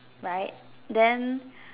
right then